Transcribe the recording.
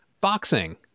boxing